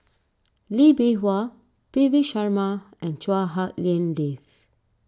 Lee Bee Wah Davi Sharma and Chua Hak Lien Dave